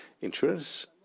Insurance